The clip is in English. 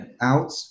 out